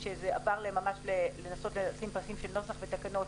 כשזה עבר לפסים לשים נוסח ותקנות